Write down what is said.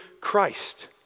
christ